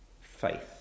Faith